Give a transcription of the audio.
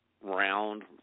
round